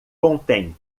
contém